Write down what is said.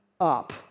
up